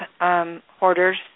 hoarders